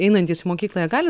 einantys į mokyklą jie gali